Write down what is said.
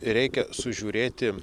reikia sužiūrėti